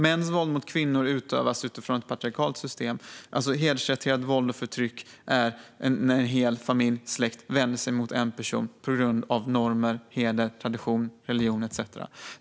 Mäns våld mot kvinnor utövas utifrån ett patriarkalt system och hedersrelaterat våld, och förtryck är när en hel familj, en släkt, vänder sig mot en person på grund av normer, heder, tradition, religion etcetera.